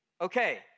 Okay